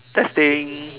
testing